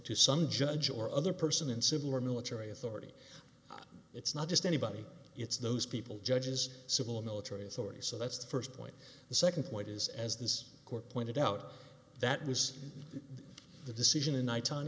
to some judge or other person in civil or military authority it's not just anybody it's those people judges civil military authorities so that's the first point the second point is as this court pointed out that was the decision